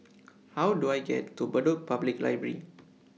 How Do I get to Bedok Public Library